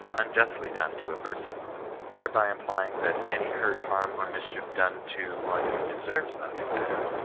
unjustly done to a person thereby implying that any hurt, hum, or mischief done to one who deserves nothing better,